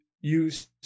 use